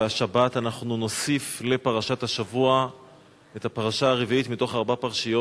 והשבת נוסיף לפרשת השבוע את הפרשה הרביעית מתוך ארבע פרשיות,